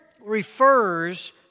refers